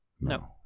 No